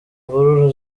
mvururu